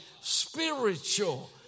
spiritual